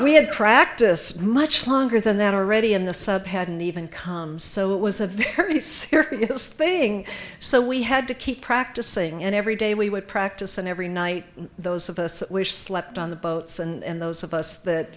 we had practice much longer than that already in the sub hadn't even come so it was a very nice thing so we had to keep practicing and every day we would practice and every night those supposed wish slept on the boats and those of us that